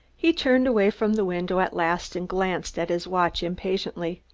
he turned away from the window at last and glanced at his watch impatiently.